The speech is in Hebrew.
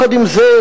עם זה,